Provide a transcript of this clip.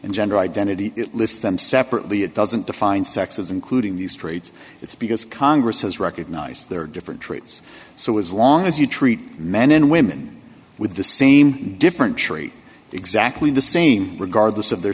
and gender identity it lists them separately it doesn't define sexes including these traits it's because congress has recognized there are different traits so as long as you treat men and women with the same different treat exactly the same regardless of their